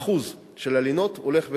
האחוז של הלינות הולך וגדל,